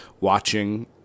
watching